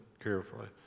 carefully